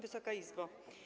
Wysoka Izbo!